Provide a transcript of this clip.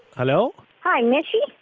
hello? hi, mishy?